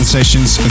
sessions